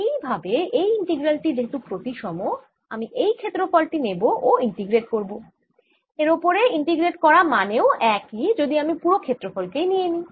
এইভাবে এই ইন্টিগ্রাল টি যেহেতু প্রতিসম আমি এই ক্ষেত্রফল টি নেব ও ইন্টিগ্রেট করব এর ওপরে ইন্টিগ্রেট করা মানেও একই যদি আমি পুরো ক্ষেত্রফল কেই নিয়ে নিই